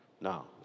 Now